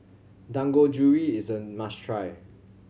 dangojiru is a must try